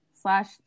Slash